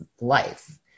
life